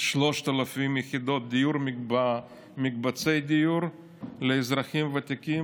3,000 יחידות דיור במקבצי דיור לאזרחים ותיקים,